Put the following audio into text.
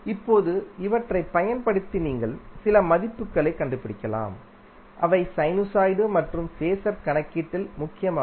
இப்போது இவற்றைப் பயன்படுத்தி நீங்கள் சில மதிப்புகளைக் கண்டுபிடிக்கலாம் அவை சைனுசாய்டு மற்றும் பேஸர் கணக்கீட்டில் முக்கியமானவை